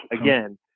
again